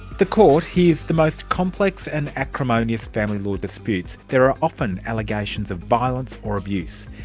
the court hears the most complex and acrimonious family law disputes. there are often allegations of violence or abuse.